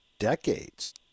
decades